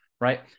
right